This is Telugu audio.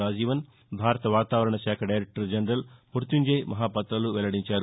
రాజీవన్ భారత వాతావరణ శాఖ దైరెక్లర్ జనరల్ మ్బత్యంజయ్ మహాపాత్రలు వెల్లడించారు